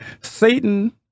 Satan